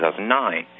2009